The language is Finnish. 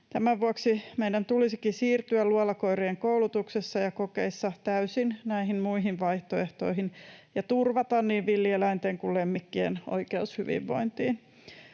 Tämän vuoksi meidän tulisikin siirtyä luolakoirien koulutuksessa ja kokeissa täysin näihin muihin vaihtoehtoihin ja turvata niin villieläinten kuin lemmikkienkin oikeus hyvinvointiin.